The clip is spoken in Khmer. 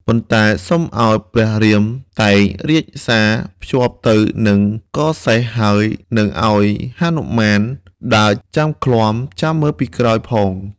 ប៉ុន្តែសុំឱ្យព្រះរាមតែង រាជសារភ្ជាប់ទៅនឹងកសេះហើយ និងឱ្យហនុមានដើរចាំឃ្លាំចាំមើលពីក្រោយផង។